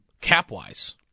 cap-wise